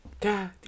God